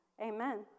Amen